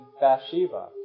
Bathsheba